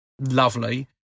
lovely